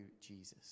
Jesus